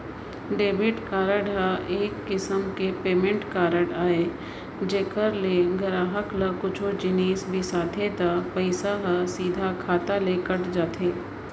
debit card ह एक किसम के पेमेंट कारड अय जेकर ले गराहक ह कुछु जिनिस बिसाथे त पइसा ह सीधा खाता ले कट जाथे